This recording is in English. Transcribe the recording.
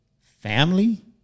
family